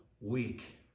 week